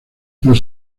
los